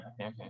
Okay